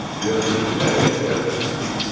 we are preparing everything. we,